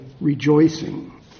rejoicing